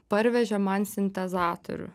parvežė man sintezatorių